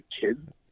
kid